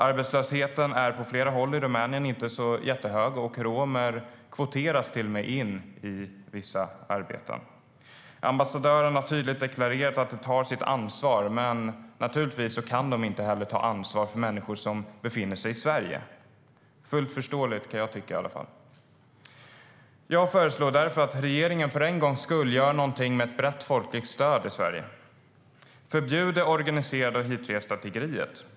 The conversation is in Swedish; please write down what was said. Arbetslösheten är på flera håll i Rumänien inte så hög, och romer kvoteras till och med in i vissa arbeten. Ambassadören har tydligt deklarerat att de tar sitt ansvar men att de naturligtvis inte kan ta ansvar för människor som befinner sig i Sverige. Det är fullt förståeligt, kan jag tycka. Jag föreslår därför att regeringen för en gångs skull gör något som har ett brett folkligt stöd i Sverige: Förbjud det organiserade och hitresta tiggeriet.